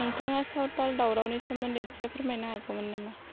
नोंथाङा साउथाल दावरावनि सोमोन्दै एसे फोरमायनो हागौमोन नामा